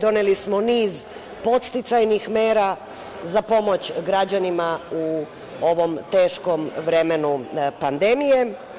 Doneli smo niz podsticajnih mera za pomoć građanima u ovom teškom vremenu pandemije.